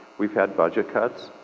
we've had budget cuts.